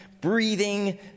breathing